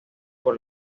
por